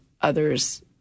others